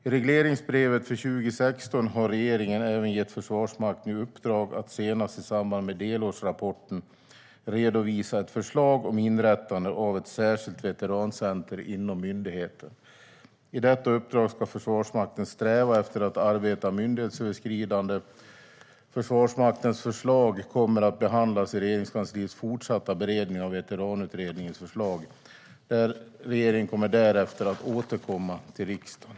I regleringsbrevet för 2016 har regeringen också gett Försvarsmakten i uppdrag att senast i samband med delårsrapporten redovisa ett förslag om inrättande av ett särskilt veterancentrum inom myndigheten. I detta uppdrag ska Försvarsmakten sträva efter att arbeta myndighetsöverskridande. Försvarsmaktens förslag kommer att behandlas i Regeringskansliets fortsatta beredning av Veteranutredningens förslag. Regeringen kommer därefter att återkomma till riksdagen.